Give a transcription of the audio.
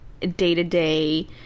day-to-day